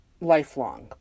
lifelong